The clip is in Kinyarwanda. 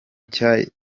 nshya